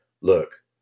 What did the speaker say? look